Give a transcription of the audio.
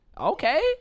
Okay